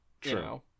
True